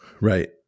right